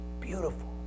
Beautiful